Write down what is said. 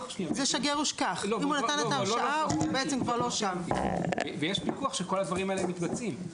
הוא או להוסיף כגורם נוסף,